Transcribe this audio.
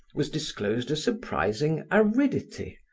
was disclosed a surprising aridity,